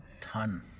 ton